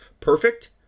perfect